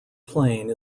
plane